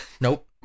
Nope